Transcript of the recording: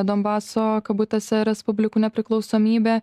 donbaso kabutėse respublikų nepriklausomybę